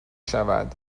شود